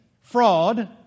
fraud